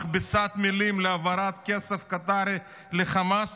מכבסת מילים להעברת כסף קטרי לחמאס,